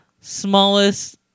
smallest